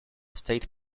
state